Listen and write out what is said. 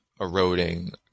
eroding